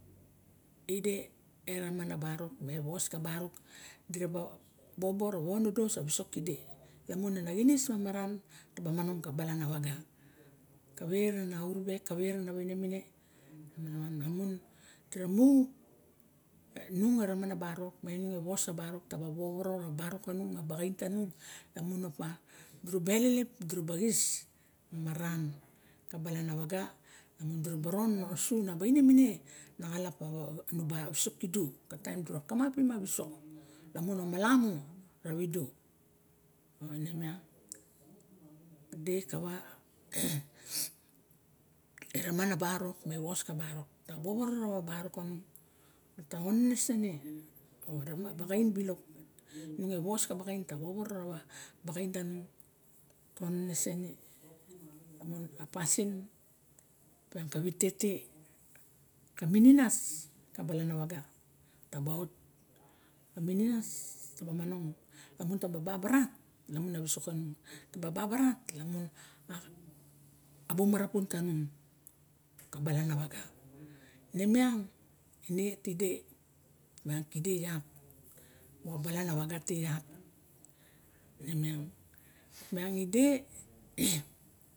Ide e raman a barok ma was ka barok diraba bobo rawa ononodos a wisok kide lamun ana xinis side lamun ana xinis side taba obobo rumangin a balau a waga kawe rana uru wek kawe kana waine mine miang lamun dira mu nung a ramana barok ma inunge wos sa barok ta wowono rawa barok ma inung e wos sa barok ta wowono rawa barok or baxain tanung lamun opadura ba elelep ma xis maran ka blaia waga lamun dura ba ron osu ana waine mine ana xalap pawa wisok kidu taim dura kamapim a wisok lamun o malamu tawidu era mam a varok me was ka barok tawoworo rawa barok kanung ta onese ne arixem a baxain tunung nung e wos ka baxain tanung ta onenese ne lamun a pasin opian ka wite te ka mininas ka balan awage taba ot ka mininas taba momonong lamun taba babarat lamun a wisok taba momonong lamun taba a bung marapun tanung ka balan wag ne miang ine tide ma kide iat moxa balana waga te iat ne miang ide